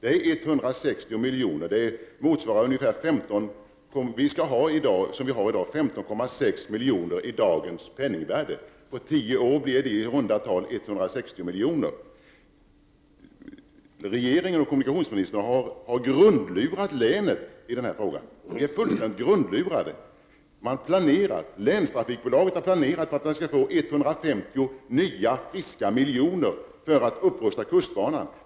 Vi skall även fortsättningsvis ha vad vi har i dag: 15,6 miljoner i dagens penningvärde. På tio år blir det i runda tal 160 milj.kr. Regeringen och kommunikationsministern har grundlurat Blekinge län i denna fråga. Vi är fullständigt grundlurade. Länstrafikbolaget har planerat för att det skall få 150 nya friska miljoner för att upprusta kustbanan.